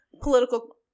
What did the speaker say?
political